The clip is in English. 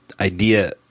idea